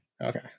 okay